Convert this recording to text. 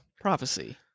Prophecy